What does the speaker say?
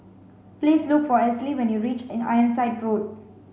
please look for when you reach Ironside Road